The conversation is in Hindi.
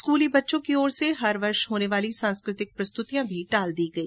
स्कूली बच्चों की ओर से हर वर्ष होने वाली सांस्कृतिक प्रस्तुतियां भी टाल दी गई